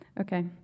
okay